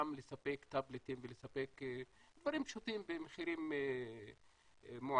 גם לספק טאבלטים ולספק דברים פשוטים במחירים מועטים,